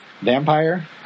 vampire